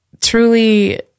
truly